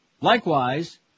Likewise